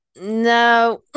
no